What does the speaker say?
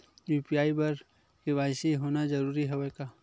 UPI बर KYC होना जरूरी हवय का?